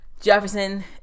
Jefferson